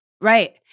Right